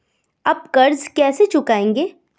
आप कर्ज कैसे चुकाएंगे?